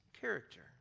character